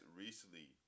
recently